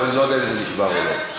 אבל אני לא יודע אם זה נשבר או לא.